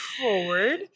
forward